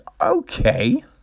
okay